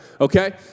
okay